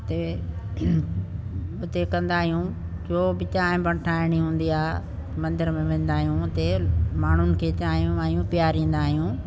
उते उते कंदा आहियूं जो बि चांहि ठाहिणी हूंदी आहे मंदिर में वेंदा आहियूं उते माण्हुनि खे चांहियूं वायूं पीआरींदा आहियूं